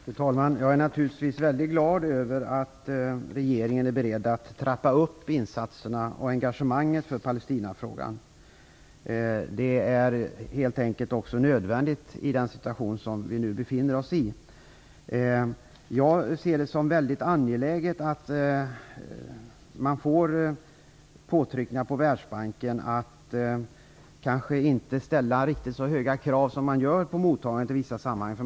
Fru talman! Jag är naturligtvis väldigt glad över att regeringen är beredd att trappa upp insatserna och engagemanget för Palestinafrågan. Det är helt enkelt också nödvändigt i den situation som vi nu befinner oss i. Jag ser det som väldigt angeläget med påtryckningar på Världsbanken om att man därifrån i vissa sammanhang kanske inte skall ställa så höga krav som man nu ställer på mottagarna.